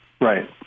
Right